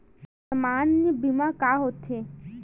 सामान्य बीमा का होथे?